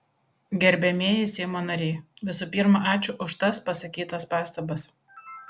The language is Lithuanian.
gerbiamieji seimo nariai visų pirma ačiū už tas pasakytas pastabas